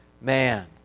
man